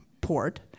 port